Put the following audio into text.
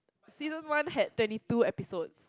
season one had twenty two episodes